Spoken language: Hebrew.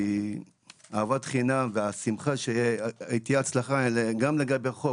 אהבת חינם והשמחה שתהיה הצלחה גם לגבי חוק,